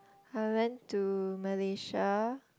I went to Malaysia